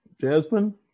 Jasmine